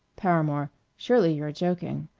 paramore surely you're joking.